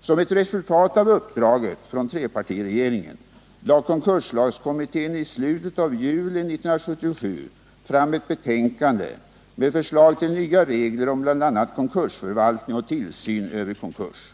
Som ett resultat av uppdraget från trepartiregeringen lade konkurslagskommittén i slutet av juli 1977 fram ett betänkande med förslag till nya regler om bl.a. konkursförvaltning och tillsyn över konkurs.